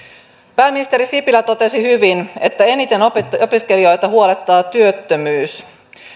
pääministeri sipilä totesi hyvin että eniten opiskelijoita huolettaa työttömyys